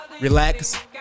relax